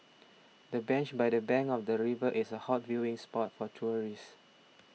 the bench by the bank of the river is a hot viewing spot for tourists